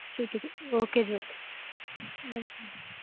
ਠੀਕ ਹੈ ਜੀ ਓਕੇ ਜੀ ਓਕੇ ਵੈਲਕਮ